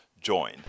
join